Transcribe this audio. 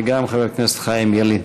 וגם חבר הכנסת חיים ילין.